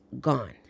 gone